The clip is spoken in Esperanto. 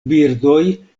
birdoj